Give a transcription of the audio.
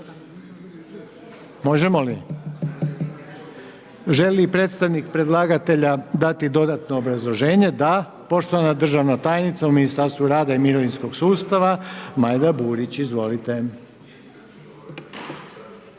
Možemo li? Želi li predstavnik predlagatelja dati dodatno obrazloženje? Da. Poštovana državna tajnica u Ministarstvu rada i mirovinskog sustava Majda Burić, izvolite.